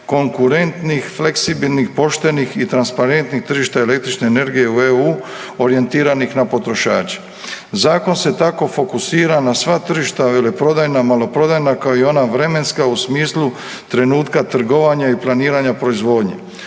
konkurentnih, fleksibilnih, poštenih i transparentnih tržišta električne energije u EU orijentiranih na potrošače. Zakon se tako fokusira na sva tržišta veleprodajna, maloprodajna, kao i ona vremenska u smislu trenutka trgovanja i planiranja proizvodnje.